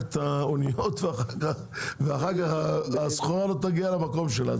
את האניות ואחר כך הסחורה לא תגיע למקום שלה.